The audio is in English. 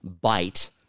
bite